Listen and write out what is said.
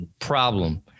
Problem